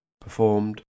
Performed